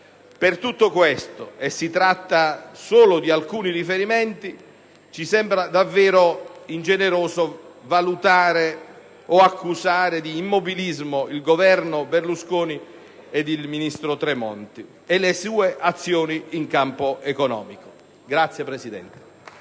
Per tutto questo - e si tratta solo di alcuni riferimenti - ci sembra davvero ingeneroso valutare o accusare di immobilismo il Governo Berlusconi, il ministro Tremonti e le sue azioni in campo economico.